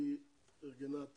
היא ארגנה את